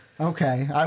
Okay